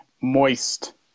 moist